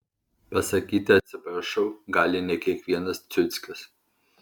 pasakyti atsiprašau gali ne kiekvienas ciuckis